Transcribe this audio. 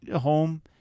home –